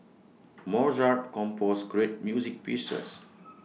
Mozart composed great music pieces